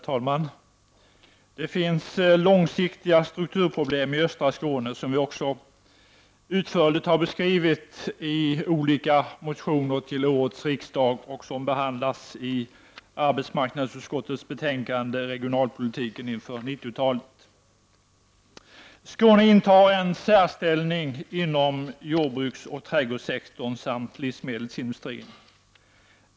Herr talman! Det finns långsiktiga strukturproblem i östra Skåne, som vi också utförligt har beskrivit i olika motioner till årets riksdag och som be handlas i arbetsmarknadsutskottets betänkande Regionalpolitiken inför 90 talet. Skåne intar en särställning inom jordbruksoch trädgårdssektorn samt livsmedelsindustrin.